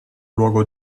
luogo